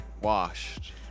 washed